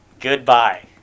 Goodbye